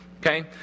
okay